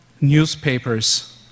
newspapers